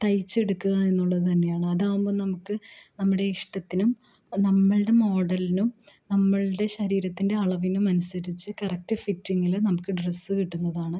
തയ്ച്ച് എടുക്കുക എന്നുള്ളത് തന്നെയാണ് അതാവുമ്പോൾ നമുക്ക് നമ്മുടെ ഇഷ്ടത്തിനും നമ്മളുടെ മോഡലിനും നമ്മളുടെ ശരീരത്തിൻ്റെ അളവിനും അനുസരിച്ച് കറക്ട് ഫിറ്റിങ്ങിൽ നമുക്ക് ഡ്രസ്സ് കിട്ടുന്നതാണ്